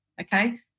okay